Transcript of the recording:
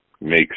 makes